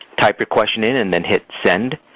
type your question in and then hit send.